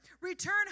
Return